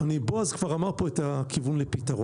בועז כבר אמר פה את הכיוון לפתרון.